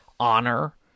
honor